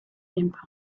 empire